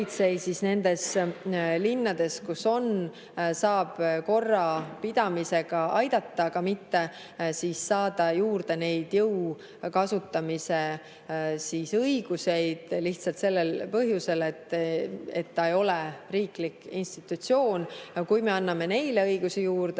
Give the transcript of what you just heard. nendes linnades, kus ta on, saab korra pidamisega aidata, aga mitte saada juurde jõu kasutamise õiguseid. Seda lihtsalt sellel põhjusel, et ta ei ole riiklik institutsioon. Kui me anname neile õigusi juurde,